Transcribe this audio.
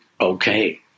okay